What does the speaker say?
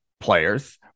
players